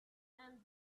and